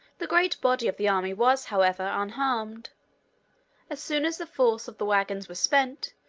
the great body of the army was, however, unharmed as soon as the force of the wagons was spent,